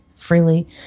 freely